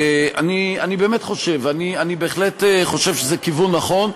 שאני באמת חושב שזה כיוון נכון,